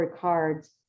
cards